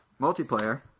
Multiplayer